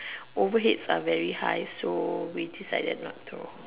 overheads are very high so we decided not to